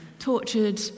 tortured